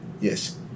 Yes